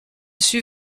suis